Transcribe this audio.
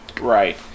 Right